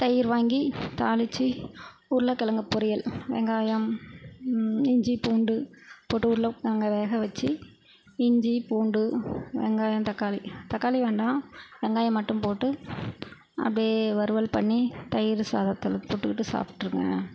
தயிர் வாங்கி தாளித்து உருளக்கெழங்கு பொரியல் வெங்காயம் இஞ்சி பூண்டு போட்டு உருளக்கெழங்க வேக வெச்சி இஞ்சி பூண்டு வெங்காயம் தக்காளி தக்காளி வேணாம் வெங்காயம் மட்டும் போட்டு அப்படியே வறுவல் பண்ணி தயிர் சாதத்தில் தொட்டுக்கிட்டு சாப்பிட்ருங்க